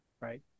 right